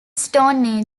stone